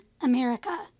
America